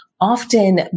often